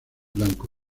blanco